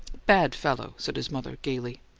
bad fellow! said his mother, gaily.